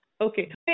Okay